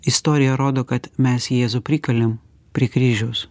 istorija rodo kad mes jėzų prikalėm prie kryžiaus